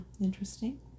interesting